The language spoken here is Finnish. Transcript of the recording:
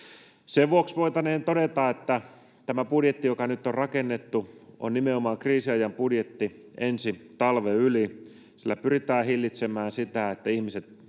Sen vuoksi voitaneen todeta, että tämä budjetti, joka nyt on rakennettu, on nimenomaan kriisiajan budjetti ensi talven yli. Sillä pyritään siihen, että ihmiset